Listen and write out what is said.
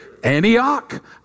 Antioch